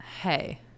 Hey